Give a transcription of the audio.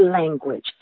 language